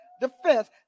Defense